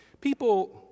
people